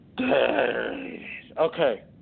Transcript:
Okay